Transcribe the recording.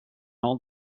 all